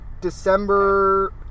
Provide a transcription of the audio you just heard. December